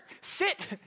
Sit